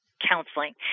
counseling